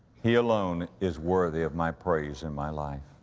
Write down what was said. he alone is worthy of my praise and my life.